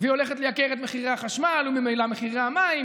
והיא הולכת לייקר את מחירי החשמל וממילא את מחירי המים,